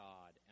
God